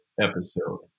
episode